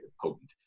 potent